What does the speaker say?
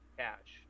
cash